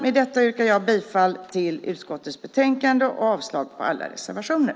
Med detta yrkar jag bifall till utskottets förslag i betänkandet och avslag på alla reservationer.